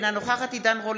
בעד עידן רול,